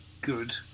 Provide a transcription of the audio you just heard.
good